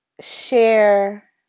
share